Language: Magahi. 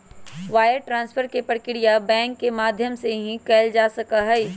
वायर ट्रांस्फर के प्रक्रिया बैंक के माध्यम से ही कइल जा सका हई